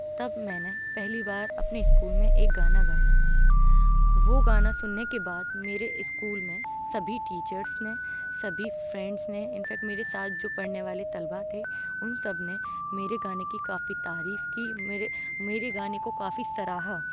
تب میں نے پہلی بار اپنے اسکول میں ایک گانا گایا وہ گانا سننے کے بعد میرے اسکول میں سبھی ٹیچرس نے سبھی فرینڈس نے ان فیکٹ میرے ساتھ جو پڑھنے والے طلباء تھے ان سب نے میرے گانے کی کافی تعریف کی میرے میرے گانے کو کافی سراہا